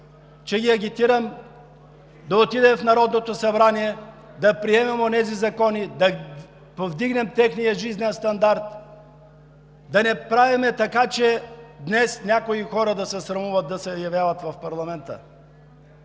че ги агитирам да отидат в Народното събрание, да приемем онези закони, да повдигнем техния жизнен стандарт, да не правим така, че днес някои хора да се срамуват да се явяват в парламента.